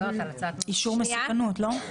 אישור מסוכנות, לא?